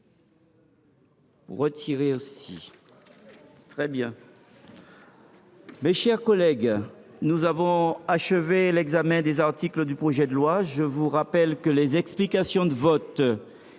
rectifié est retiré. Mes chers collègues, nous avons achevé l’examen des articles du projet de loi. Je vous rappelle que les explications de vote